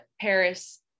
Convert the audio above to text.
paris